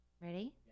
Ready